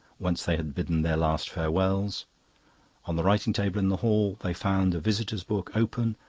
whence they had bidden their last farewells on the writing-table in the hall they found the visitor's book, open,